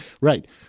Right